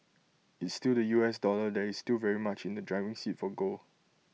it's still the U S dollar that is still very much in the driving seat for gold